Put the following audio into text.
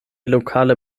lokale